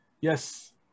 yes